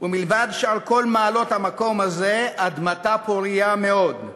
ומלבד שאר כל מעלות המקום הזה, אדמתה פורייה מאוד,